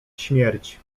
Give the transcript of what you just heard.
śmierć